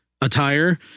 attire